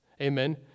Amen